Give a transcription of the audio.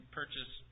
purchase